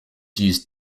used